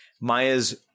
Maya's